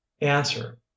Answer